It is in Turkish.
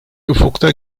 ufukta